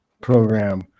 program